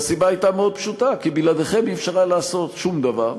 והסיבה הייתה מאוד פשוטה: כי בלעדיכם אי-אפשר היה לעשות שום דבר,